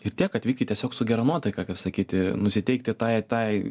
ir tiek atvykit tiesiog su gera nuotaika kaip sakyti nusiteikti tai tai